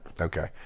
Okay